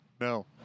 No